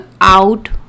out